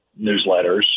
newsletters